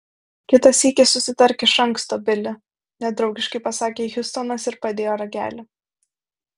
kitą sykį susitark iš anksto bili nedraugiškai pasakė hjustonas ir padėjo ragelį